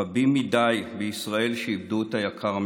רבים מדי בישראל שאיבדו את היקר מכול.